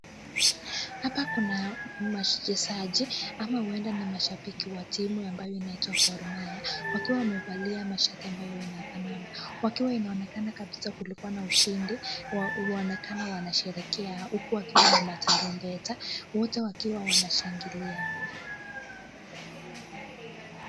Hapa kuna mashabiki ama huenda ni mashabiki wa timu ambayo inaitwa Kormaya. Wakiwa wamevalia mashati ambayo yanafanana. Wakiwa inaonekana kabisa kulikuwa na ushindi, wanaonekana wanasherehekea huku wakiwa na matarumbeta, wote wakiwa wanashangilia.